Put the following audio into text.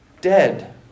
dead